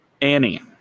Annie